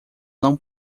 não